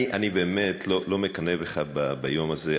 אני באמת לא מקנא בך ביום הזה,